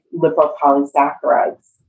lipopolysaccharides